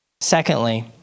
Secondly